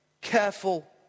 careful